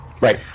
Right